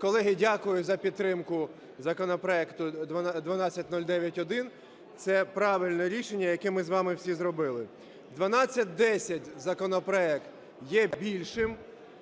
колеги, дякую за підтримку законопроекту 1209-1. Це правильне рішення, яке ми з вами всі зробили. 1210 законопроект є більшим.